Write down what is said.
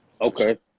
okay